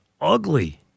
ugly